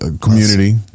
community